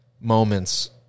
moments